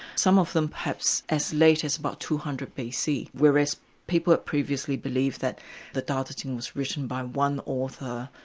some of them perhaps as late as about two hundred bc, whereas people that previously believed that the tao te ching was written by one author,